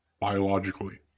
biologically